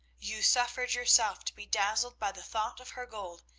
you suffered yourself to be dazzled by the thought of her gold,